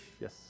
yes